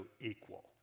equal